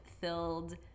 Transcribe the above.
filled